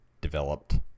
developed